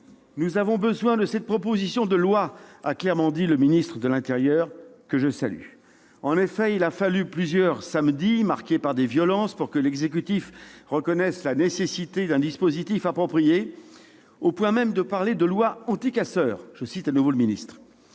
Nous avons besoin de cette proposition de loi, » a clairement dit le ministre de l'intérieur, que je salue. En effet, il a fallu plusieurs samedis marqués par des violences pour que l'exécutif reconnaisse la nécessité d'un dispositif approprié, au point même de parler de « loi anti-casseurs »- je cite de nouveau le ministre.